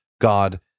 God